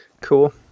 Cool